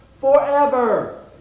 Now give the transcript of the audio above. forever